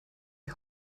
die